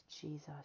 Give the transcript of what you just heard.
Jesus